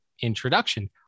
introduction